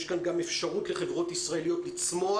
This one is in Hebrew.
יש כאן גם אפשרות לחברות ישראליות לצמוח.